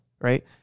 right